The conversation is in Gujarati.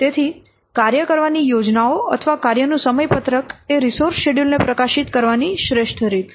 તેથી કાર્ય કરવાની યોજનાઓ અથવા કાર્યનું સમયપત્રકએ રિસોર્સ શેડ્યૂલ ને પ્રકાશિત કરવાની શ્રેષ્ઠ રીત છે